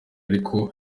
ariko